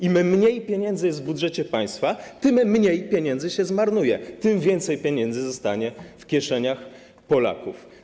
Im mniej pieniędzy jest w budżecie państwa, tym mniej pieniędzy się zmarnuje, tym więcej pieniędzy zostanie w kieszeniach Polaków.